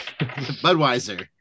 Budweiser